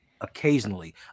occasionally